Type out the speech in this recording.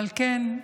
אבל כן,